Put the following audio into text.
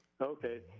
Okay